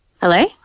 Hello